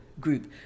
group